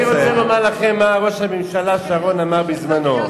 אני רוצה לומר לכם מה ראש הממשלה שרון אמר בזמנו.